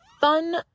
fun